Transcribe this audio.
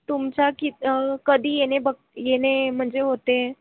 तुमचा कित कधी येणे बग् येणे म्हणजे होते